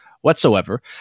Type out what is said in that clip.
whatsoever